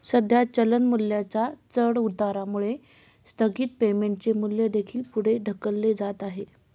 सध्या चलन मूल्याच्या चढउतारामुळे स्थगित पेमेंटचे मूल्य देखील पुढे ढकलले जात आहे